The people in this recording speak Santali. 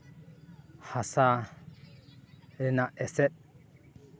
ᱦᱟᱥᱟ ᱨᱮᱱᱟᱜ ᱮᱥᱮᱫ